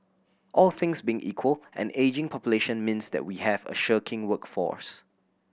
all things being equal an ageing population means that we have a shirking workforce